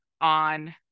on